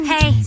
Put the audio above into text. Hey